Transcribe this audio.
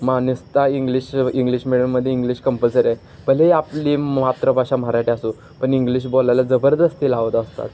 मान्यस्ता English English मिडीयममध्ये English compulsory आहे भलेही आपली मातृभाषा मराठी असू पण इंग्लिश बोलायला जबरदस्ती लावत असतात